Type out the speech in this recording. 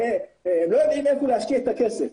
לא יודעים איפה להשקיע את הכסף.